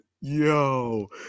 Yo